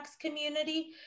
community